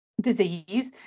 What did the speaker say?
disease